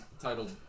titled